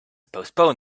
postpone